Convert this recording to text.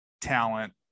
talent